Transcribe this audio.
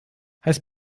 heißt